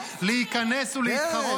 ולכן,